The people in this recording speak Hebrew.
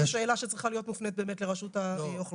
אני חושבת שזו שאלה שצריכה להיות מופנית לרשות האוכלוסין.